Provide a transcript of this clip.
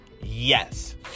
yes